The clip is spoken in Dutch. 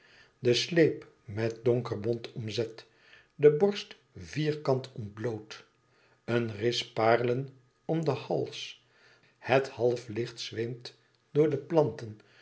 den sleep met donker bont omzet de borst vierkant ontbloot een ris parelen om den hals het half licht zweemt door de planten